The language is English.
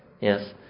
Yes